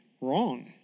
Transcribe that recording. wrong